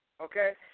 Okay